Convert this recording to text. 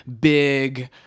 big